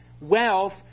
wealth